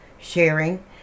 sharing